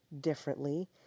differently